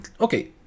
Okay